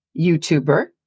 YouTuber